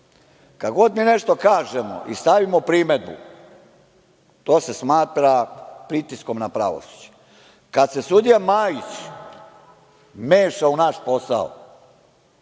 Kad god mi nešto kažemo i stavimo primedbu, to se smatra pritiskom na pravosuđe. Kada se sudija Majić meša u naš posao…